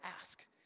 ask